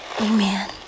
Amen